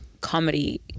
comedy